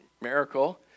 miracle